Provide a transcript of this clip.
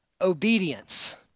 obedience